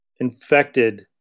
infected